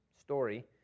story